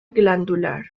glandular